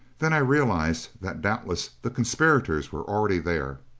then i realized that doubtless the conspirators were already there.